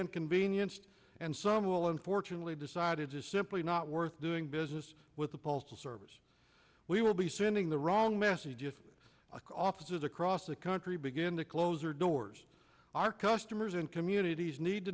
inconvenienced and some will unfortunately decided to simply not worth doing business with the postal service we will be sending the wrong message if a cough is across the country begin to close or doors our customers and communities need to